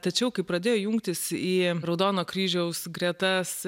tačiau kai pradėjo jungtis į raudono kryžiaus gretas